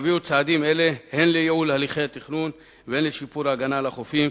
צעדים אלה יביאו הן לייעול הליכי התכנון והן לשיפור ההגנה על החופים.